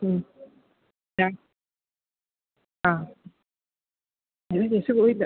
മ് ഞാന് ആ ഇത് തിരിച്ച് പോയില്ല